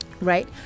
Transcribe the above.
Right